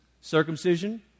circumcision